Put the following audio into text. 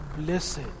Blessed